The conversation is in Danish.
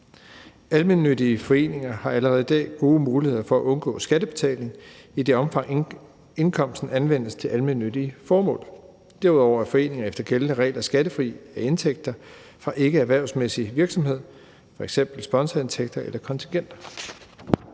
Almennyttige foreninger har allerede i dag gode muligheder for at undgå skattebetaling i det omfang, indkomsten anvendes til almennyttige formål. Derudover er foreninger efter gældende regler skattefri af indtægter for ikkeerhvervsmæssig virksomhed, f.eks. sponsorindtægter eller kontingenter.